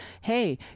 hey